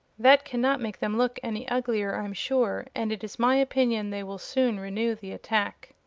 that cannot make them look any uglier, i'm sure, and it is my opinion they will soon renew the attack.